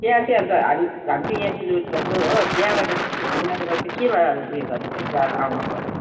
त्यहाँ चाहिँ अन्त हामी हामी चाहिँ यहाँ सिलगढीमा छु हो त्यहाँबाट यहाँबाट चाहिँ चाहिँ केमा उयो गर्नु भनेपछि अब आउनु पर्ने